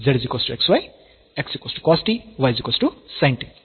zxy xcos t ysin t